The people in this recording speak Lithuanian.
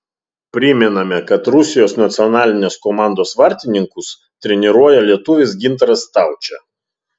primename kad rusijos nacionalinės komandos vartininkus treniruoja lietuvis gintaras staučė